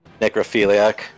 necrophiliac